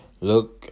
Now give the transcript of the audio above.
Look